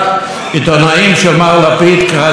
מה יקרה כאשר יחזור לשלטון.